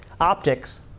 optics